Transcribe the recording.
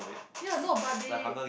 ya no but they